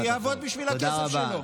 שיעבוד בשביל הכסף שלו.